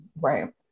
Right